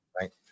right